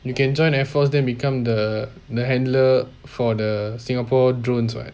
you can join airforce then become the the handler for the singapore drones [what]